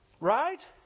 Right